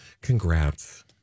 congrats